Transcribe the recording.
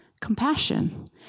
compassion